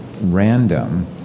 random